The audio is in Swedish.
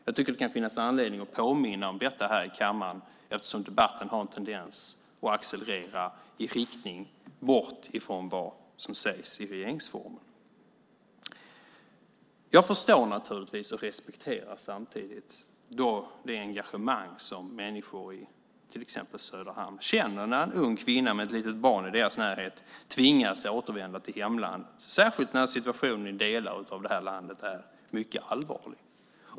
Jag tycker att det kan finnas anledning att påminna om detta här i kammaren eftersom debatten har en tendens att accelerera i riktning bort från vad som sägs i regeringsformen. Jag förstår naturligtvis, och respekterar samtidigt, det engagemang som människor i exempelvis i Söderhamn känner när en ung kvinna med ett litet barn i deras närhet tvingas återvända till hemlandet särskilt som situationen i delar av det landet är mycket allvarlig.